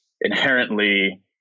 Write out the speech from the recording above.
inherently